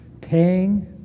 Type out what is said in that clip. paying